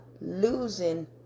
losing